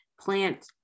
plant